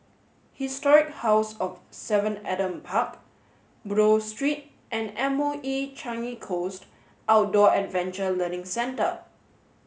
Historic House of Seven Adam Park Buroh Street and M O E Changi Coast Outdoor Adventure Learning Centre